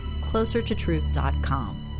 closertotruth.com